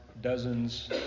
Dozens